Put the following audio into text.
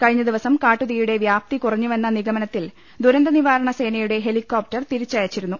കഴിഞ്ഞദിവസം കാട്ടുതീയുടെ വ്യാപ്തി കുറഞ്ഞുവെന്ന നിഗമനത്തിൽ ദുരന്ത നിവാരണ സേനയുടെ ഹെലികോപ്റ്റർ തിരിച്ചയച്ചിരുന്നു